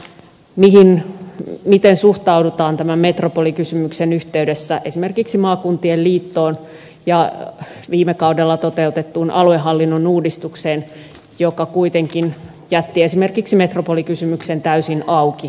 miten suhtaudutaan tämän metropolikysymyksen yhteydessä esimerkiksi maakuntien liittoon ja viime kaudella toteutettuun aluehallinnon uudistukseen joka kuitenkin jätti esimerkiksi metropolikysymyksen täysin auki ja käsittelemättä